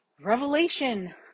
Revelation